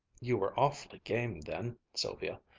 you were awfully game, then, sylvia.